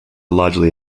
largely